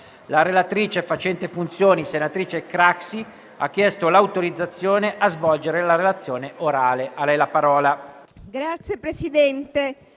La relatrice facente funzioni, senatrice Craxi, ha chiesto l'autorizzazione a svolgere la relazione orale. Non facendosi